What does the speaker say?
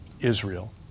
Israel